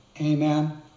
Amen